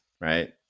right